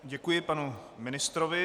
Děkuji panu ministrovi.